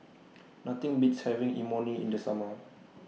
Nothing Beats having Imoni in The Summer